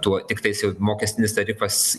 tuo tiktais jau mokestinis tarifas